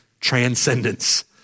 Transcendence